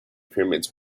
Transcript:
pyramids